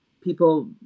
people